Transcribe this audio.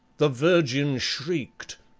the virgin shrieked,